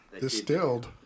Distilled